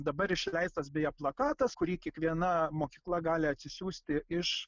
dabar išleistas beje plakatas kurį kiekviena mokykla gali atsisiųsti iš